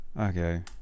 okay